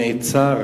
שנעצר